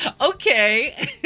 okay